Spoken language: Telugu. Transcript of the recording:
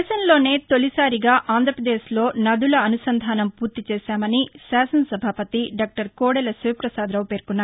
దేశంలోనే తొలిసారిగా ఆంధ్రపదేశ్లో నదుల అనుసంధానం పూర్తి చేసామని శాసనసభాపతి డాక్టర్ కోడెల శివ్వపాదరావు పేర్కొన్నారు